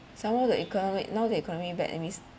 some more the economic now the economy bad amidst